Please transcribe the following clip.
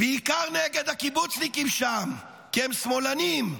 בעיקר נגד הקיבוצניקים שם, כי הם שמאלנים.